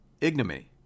ignominy